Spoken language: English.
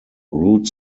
root